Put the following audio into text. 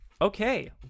okay